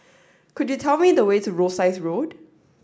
could you tell me the way to Rosyth Road